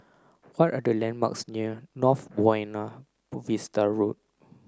what are the landmarks near North Buona Vista Road